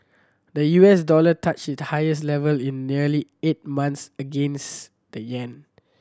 the U S dollar touched it highest level in nearly eight months against the yen